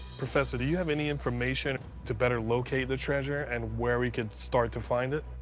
professor, do you have any information to better locate the treasure and where we could start to find it?